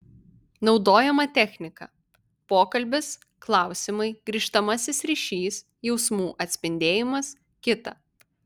naudojama technika pokalbis klausimai grįžtamasis ryšys jausmų atspindėjimas kita